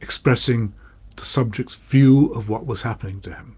expressing the subject's view of what was happening to him.